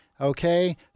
Okay